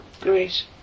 Great